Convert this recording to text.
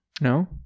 No